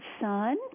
son